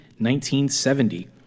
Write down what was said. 1970